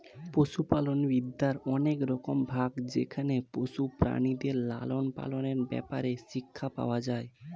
পশুপালন বিদ্যার অনেক রকম ভাগ যেখানে পশু প্রাণীদের লালন পালনের ব্যাপারে শিক্ষা পাওয়া যায়